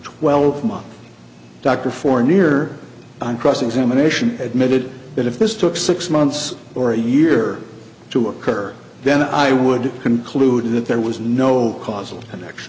twelve months doctor for near on cross examination admitted that if this took six months or a year to occur then i would conclude that there was no causal